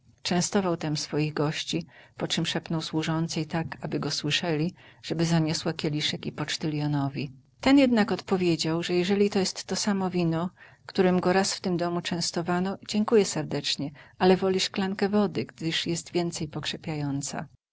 częstował tem swych gości poczem szepnął służącej tak aby go słyszeli żeby zaniosła kieliszek i pocztyljonowi ten jednak odpowiedział że jeżeli to jest to samo wino którem go raz w tym domu częstowano dziękuje serdecznie ale woli szklankę wody gdyż jest więcej